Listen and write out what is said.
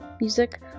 music